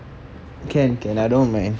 can can I don't mind